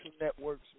networks